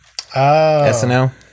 SNL